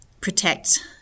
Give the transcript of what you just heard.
protect